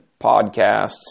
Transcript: podcasts